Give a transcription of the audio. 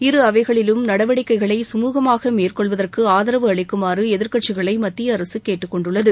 இரு அவைகளிலும் நடவடிக்கைகளை சுமூகமாக மேற்கொள்வதற்கு எதிர்க்கட்சிகளை மத்திய அரசு கேட்டுக் கொண்டுள்ளது